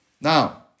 Now